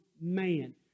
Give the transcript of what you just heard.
man